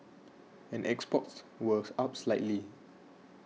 and exports was up slightly